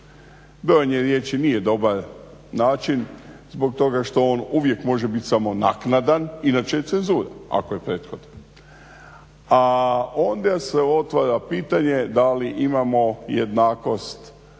Brojanje riječi nije dobar način zbog toga što on uvijek može bit samo naknadan, inače je cenzura ako je prethodan. A onda se otvara pitanje da li imamo jednakost